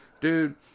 Dude